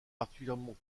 particulièrement